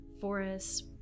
forests